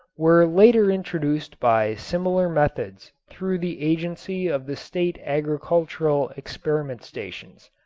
were later introduced by similar methods through the agency of the state agricultural experiment stations.